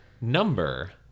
number